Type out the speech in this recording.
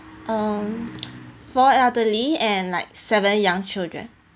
um four elderly and like seven young children